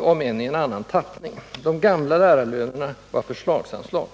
om än i en annan tappning.De gamla lärarlönerna var förslagsanslag.